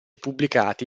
pubblicati